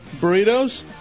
burritos